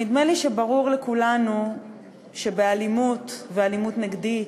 נדמה לי שברור לכולנו שבאלימות ואלימות נגדית,